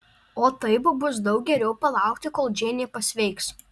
o taip bus daug geriau palaukti kol džeinė pasveiks